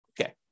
Okay